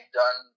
done